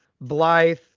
Blythe